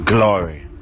Glory